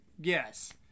Yes